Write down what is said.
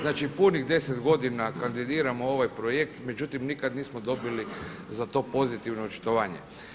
Znači, punih deset godina kandidiramo ovaj projekt, međutim nikad nismo dobili za to pozitivno očitovanje.